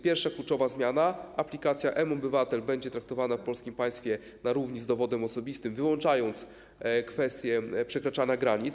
Pierwsza kluczowa zmiana - aplikacja mObywatel będzie traktowana w polskim państwie na równi z dowodem osobistym, wyłączając kwestie przekraczania granic.